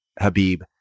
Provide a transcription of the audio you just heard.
Habib